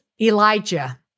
Elijah